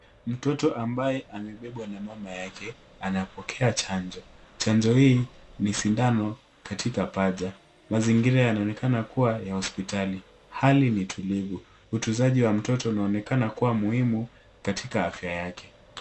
Mtoto ambaye amebebwa na mama yake anapokea chanjo. Chanjo hii ni sindano katika paja. Mazingira yanaonekana kuwa ya hospitali. Hali ni tulivu. Utunzaji wa mtoto unaonekana kuwa muhimu katika afya yake.